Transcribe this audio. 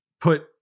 put